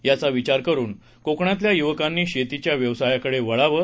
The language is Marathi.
याचा विचार करून कोकणातल्या युवकांनी शेतीच्या व्यवसायाकडे वळावं